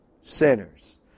sinners